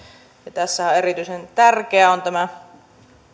tässähän erityisen tärkeä on tämä